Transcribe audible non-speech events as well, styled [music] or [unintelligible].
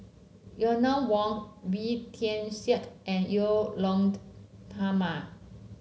Eleanor Wong [unintelligible] Tian Siak and Edwy Lyonet Talma